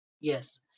Yes